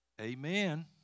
Amen